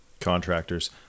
Contractors